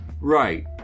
right